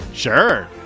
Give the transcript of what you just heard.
Sure